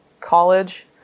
college